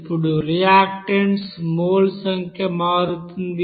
ఇప్పుడు reactant moles సంఖ్య మారుతుంది